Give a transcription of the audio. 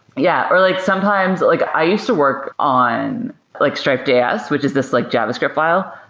yeah, or like sometimes like i used to work on like stripe js, which is this like javascript file,